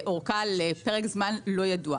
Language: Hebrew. אורכה לפרק זמן לא ידוע.